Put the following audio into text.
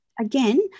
Again